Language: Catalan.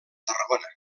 tarragona